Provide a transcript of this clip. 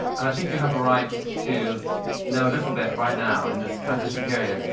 and i think you have a right to know a little bit right now, in this transition period,